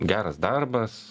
geras darbas